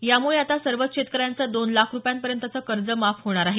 यामुळे आता सर्वच शेतकऱ्यांचं दोन लाख रुपयांपर्यंतचं कर्ज माफ होणार आहे